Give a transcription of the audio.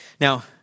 Now